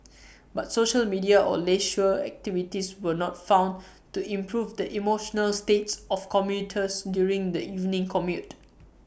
but social media or leisure activities were not found to improve the emotional states of commuters during the evening commute